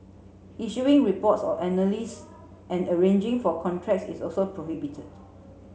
issuing reports or and arranging for contracts is also prohibited